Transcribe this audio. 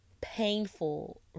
painful